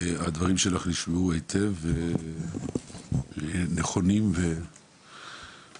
הדברים שלך נשמעו היטב, הם נכונים ומובנים.